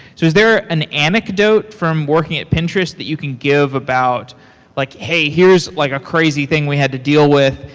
so is there an anecdote from working at pinterest that you can give about like, hey, here's like a crazy thing we had to deal with.